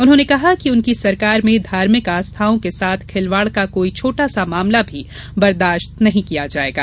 उन्होंने कहा कि उनकी सरकार में धार्मिक आस्थाओं के साथ खिलवाड का कोई छोटा सा मामला भी बर्दाश्त नहीं किया जायेगा